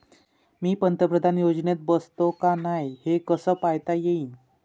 मी पंतप्रधान योजनेत बसतो का नाय, हे कस पायता येईन?